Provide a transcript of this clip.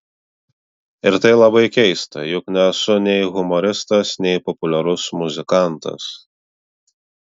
ir tai labai keista juk nesu nei humoristas nei populiarus muzikantas